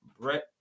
Brett